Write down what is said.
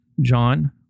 John